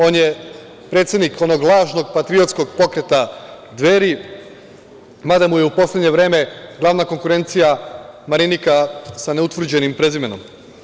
On je predsednik onog lažnog patriotskog pokreta Dveri, mada mu je u poslednje vreme glavna konkurencija Marinika sa neutvrđenim prezimenom.